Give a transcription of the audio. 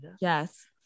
Yes